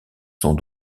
sont